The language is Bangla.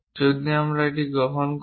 যদি আমরা এটি গ্রহণ করি